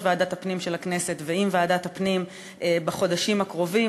ועדת הפנים של הכנסת ועם ועדת הפנים בחודשים הקרובים,